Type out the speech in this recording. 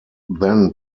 then